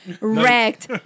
wrecked